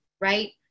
right